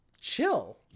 chill